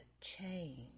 change